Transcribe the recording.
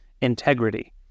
integrity